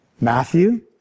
Matthew